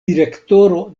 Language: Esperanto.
direktoro